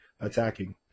attacking